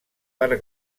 per